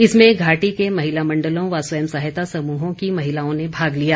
इसमें घाटी के महिला मंडलों व स्वयं सहायता समूहों की महिलाओं ने भाग लिया